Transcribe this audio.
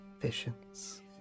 visions